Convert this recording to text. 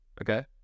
okay